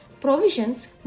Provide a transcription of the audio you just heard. provisions